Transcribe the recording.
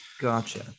Gotcha